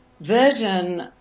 version